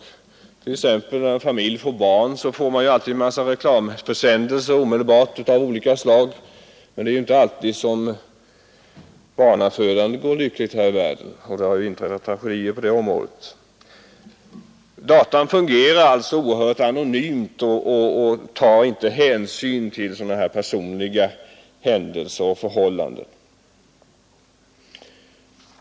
När t.ex. en familj får barn kommer det omedelbart en massa reklamförsändelser. Men det är inte alltid som barnafödandet går lyckligt och det har inträffat tragedier i det här sammanhanget. Datatekniken fungerar alltså oerhört anonymt och tar inte hänsyn till personliga händelser och förhållanden.